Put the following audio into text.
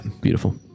beautiful